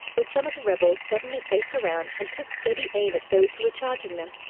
when some of the rebels suddenly faced around and took steady aim at those who were charging them.